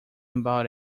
about